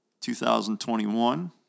2021